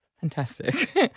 fantastic